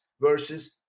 versus